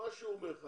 הוא אומר לך